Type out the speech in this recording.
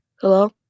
Hello